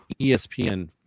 ESPN